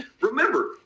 Remember